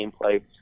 gameplay